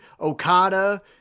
okada